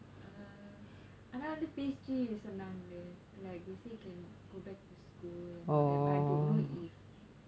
uh ஆனா வந்து:aanaa vanthu phase three சொன்னாங்கல:sonnaangala like they say can go back to school and all that but I don't know if in my lectures will be converted to campus